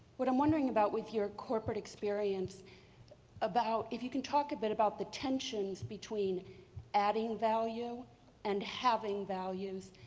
what i'm wondering about with your corporate experience about, if you can talk a bit about the tensions between adding value and having values,